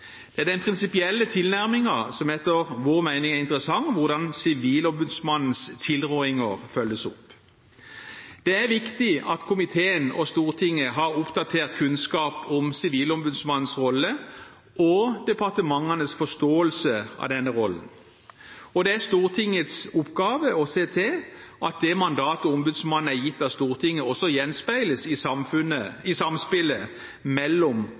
Det er den prinsipielle tilnærmingen til hvordan Sivilombudsmannens tilrådinger følges opp, som etter vår mening er interessant. Det er viktig at komiteen og Stortinget har oppdatert kunnskap om Sivilombudsmannens rolle og departementenes forståelse av denne rollen. Det er Stortingets oppgave å se til at det mandatet ombudsmannen er gitt av Stortinget, også gjenspeiles i samspillet mellom